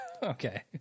Okay